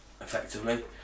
effectively